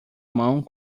mão